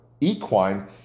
equine